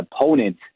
opponent